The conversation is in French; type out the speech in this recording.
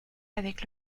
avec